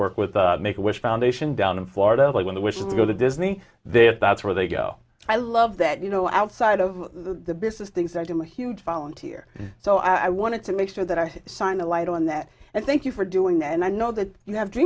worked with the make a wish foundation down in florida like when the witches go to disney that that's where they go i love that you know outside of the business things and i'm a huge volunteer so i wanted to make sure that i signed the light on that and thank you for doing that and i know that you have